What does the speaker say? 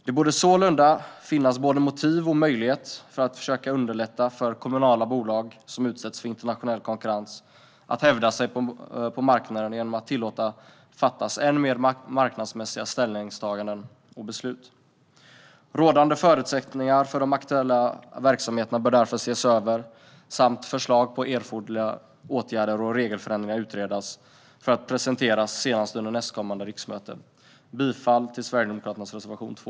Det borde sålunda finnas både motiv och möjlighet att försöka underlätta för kommunala bolag som utsätts för internationell konkurrens att hävda sig på marknaden genom att tillåta dem att göra ställningstaganden och fatta beslut som är än mer marknadsmässiga. Rådande förutsättningar för de aktuella verksamheterna bör därför ses över och förslag på erforderliga åtgärder och regelförändringar utredas för att presenteras senast under nästkommande riksmöte. Jag yrkar bifall till Sverigedemokraternas reservation 2.